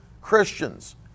Christians